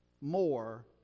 more